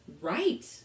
Right